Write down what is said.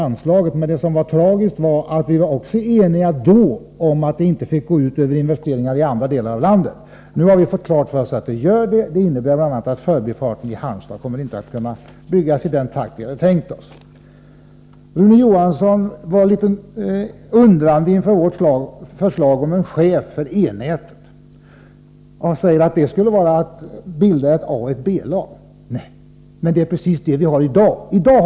Det tragiska är, som vi har fått klart för oss nu, att det gör det. De innebär bl.a. att förbifarten i Halmstad inte kommer att kunna byggas i den takt vi hade tänkt oss. Rune Johansson var litet undrande inför vårt förslag om en chef för E-nätet. Han säger att det skulle vara att bilda ett A och ett B-lag. Nej då — men det är precis vad vi har i dag.